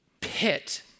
pit